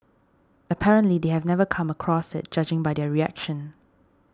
apparently they have never come across it judging by their reaction